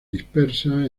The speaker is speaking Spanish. dispersa